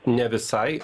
ne visai